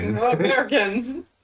Americans